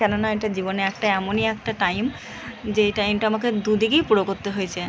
কেন না এটা জীবনে একটা এমনই একটা টাইম যে টাইমটা আমাকে দুদিকেই পুরো করতে হয়েছে